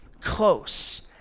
Close